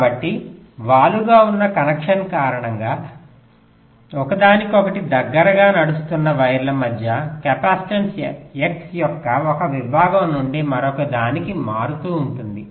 కాబట్టి వాలుగా ఉన్న కనెక్షన్ కారణంగా ఒకదానికొకటి దగ్గరగా నడుస్తున్న వైర్ల మధ్య కెపాసిటెన్స్ X యొక్క 1 విభాగం నుండి మరొకదానికి మారుతూ ఉంటుంది